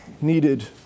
needed